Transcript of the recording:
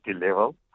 level